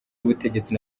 y’ubutegetsi